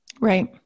Right